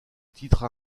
titre